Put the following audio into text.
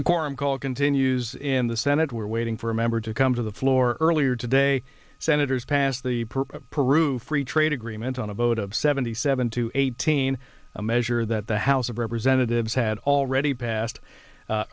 a corn call continues in the senate we're waiting for a member to come to the floor earlier today senators pass the perp peru free trade agreement on a vote of seventy seven to eighteen a measure that the house of representatives had already passed